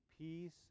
peace